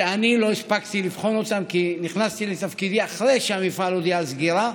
שאני לא הספקתי לבחון כי נכנסתי לתפקידי אחרי שהמפעל הודיע על סגירה.